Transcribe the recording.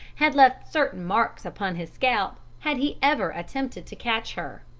had left certain marks upon his scalp, had he ever attempted to catch her.